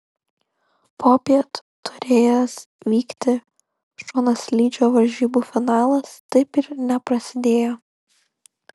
popiet turėjęs vykti šonaslydžio varžybų finalas taip ir neprasidėjo